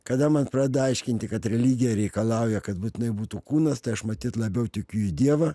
kada man pradeda aiškinti kad religija reikalauja kad būtinai būtų kūnas tai aš matyt labiau tikiu į dievą